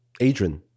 Adrian